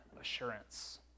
assurance